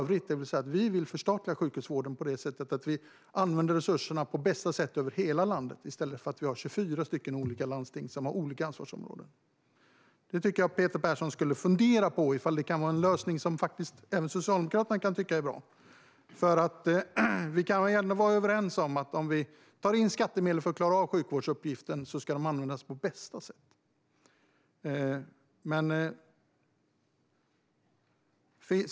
Vi vill förstatliga sjukhusvården så att resurserna används på bästa sätt över hela landet i stället för att 24 olika landsting ska ha olika ansvarsområden. Jag tycker att Peter Persson ska fundera på om det kan vara en lösning som även Socialdemokraterna kan tycka är bra. Vi kan vara överens om att om vi tar in skattemedel för att klara av sjukvårdsuppgiften ska de användas på bästa sätt.